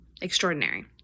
extraordinary